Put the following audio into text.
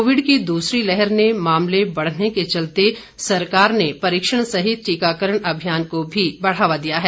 Covid की दूसरी लहर ने मामले बढ़ने के चलते सरकार ने परीक्षण सहित टीकाकरण अभियान को भी बढ़ावा दिया है